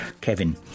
Kevin